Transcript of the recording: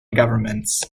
governments